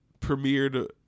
premiered